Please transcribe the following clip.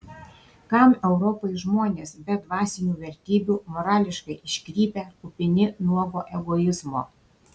kam europai žmonės be dvasinių vertybių morališkai iškrypę kupini nuogo egoizmo